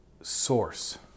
source